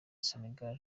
senegal